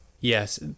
Yes